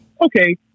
Okay